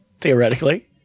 Theoretically